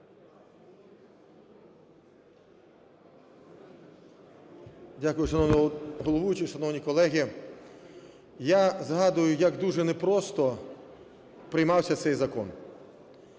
шановні колеги! Я згадую, як дуже непросто приймався цей закон.